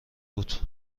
بود